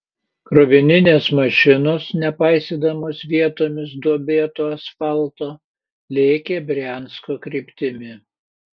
krovininės mašinos nepaisydamos vietomis duobėto asfalto lėkė briansko kryptimi